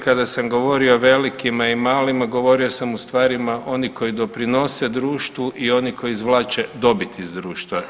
Kada sam govorio o velikima i malima govorio sam u stvarima oni koji doprinose društvu i oni koji izvlače dobit iz društva.